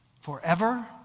forever